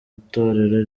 itorero